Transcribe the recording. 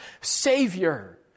Savior